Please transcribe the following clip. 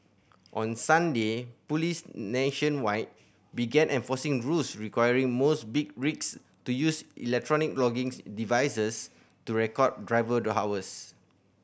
on Sunday police nationwide began enforcing rules requiring most big rigs to use electronic logging's devices to record driver the hours